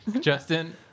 Justin